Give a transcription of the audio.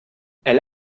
elle